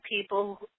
people